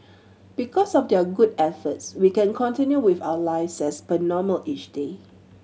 because of their good efforts we can continue with our lives as per normal each day